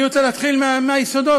אני רוצה להתחיל מהיסודות.